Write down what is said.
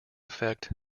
effect